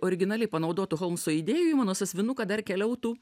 originaliai panaudotų holmso idėjų į mano sąsiuvinuką dar keliautų